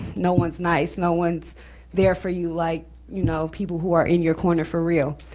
no one's nice, no one's there for you like you know people who are in your corner for real.